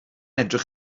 edrych